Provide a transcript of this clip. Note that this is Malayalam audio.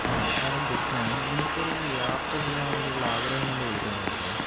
ആ സാറെ ഗുഡ് മോർണിംഗ് എനിക്ക് ഒരു യാത്ര ചെയ്യാൻ വേണ്ടിയുള്ള ആഗ്രഹം കൊണ്ട് വിളിക്കുന്നതായിരുന്നു